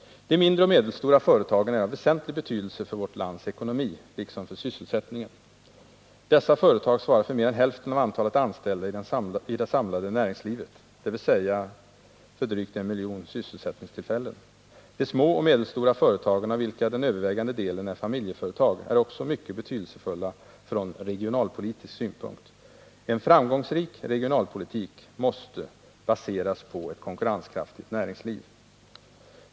De mindre och medelstora företagen är av väsentlig betydelse för vårt lands ekonomi liksom för sysselsättningen. Dessa företag svarar för mer än hälften av antalet anställda i det samlade näringslivet, dvs. för drygt en miljon sysselsättningstillfällen. De små och medelstora företagen, av vilka den övervägande delen är familjeföretag, är också mycket betydelsefulla från regionalpolitisk synpunkt. En framgångsrik regionalpolitik måste baseras på <ctt konkurrenskraftigt näringsliv.